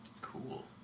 Cool